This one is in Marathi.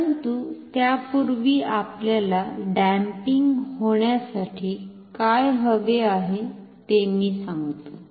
परंतु त्यापूर्वी आपल्याला डॅम्पिंग होण्यासाठी काय हवे आहे ते मी सांगतो